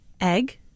Egg